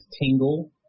tingle